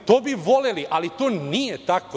To bi voleli, ali to nije tako.